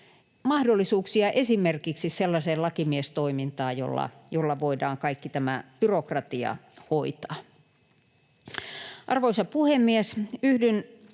mahdollisuuksia esimerkiksi sellaiseen lakimiestoimintaan, jolla voidaan kaikki tämä byrokratia hoitaa. Arvoisa puhemies! Yhdyn